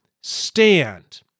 stand